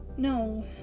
No